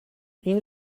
این